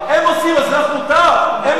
אז גם הם עושים זילות השואה.